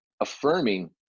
affirming